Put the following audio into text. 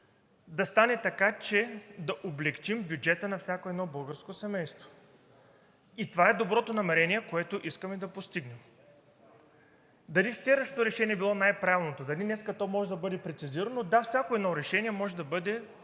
да стане така, че да облекчим бюджета на всяко едно българско семейство – това е доброто намерение, което искаме да постигнем. Дали вчерашното решение е било най-правилното, дали днес то може да бъде прецизирано?! Да, всяко решение може да бъде